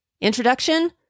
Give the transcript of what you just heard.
Introduction